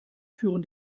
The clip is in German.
führen